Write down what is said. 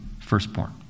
Firstborn